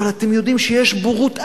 אבל אתם יודעים שיש בורות אדירה,